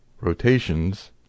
rotations